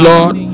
Lord